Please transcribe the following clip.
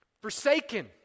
Forsaken